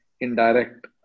indirect